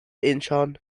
incheon